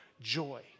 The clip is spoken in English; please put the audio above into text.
joy